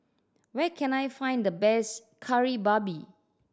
where can I find the best Kari Babi